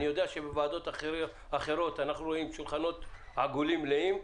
ואני יודע שבוועדות אחרות אנחנו רואים שולחנות עגולים מלאים.